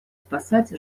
спасать